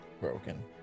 broken